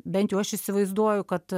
bent jau aš įsivaizduoju kad